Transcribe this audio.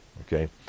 Okay